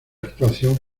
actuación